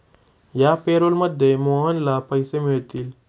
या पॅरोलमध्ये मोहनला पैसे मिळतील